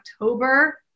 October